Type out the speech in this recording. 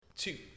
two